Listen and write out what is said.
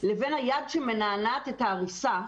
לבין היד שמנענעת את העריסה,